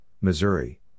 Missouri